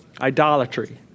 Idolatry